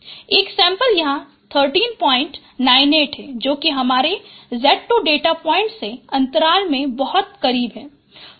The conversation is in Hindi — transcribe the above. एक सैंपल यहाँ 1398 है जो कि हमारे Z 2 डेटा पॉइंट से अंतराल के बहुत करीब है